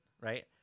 right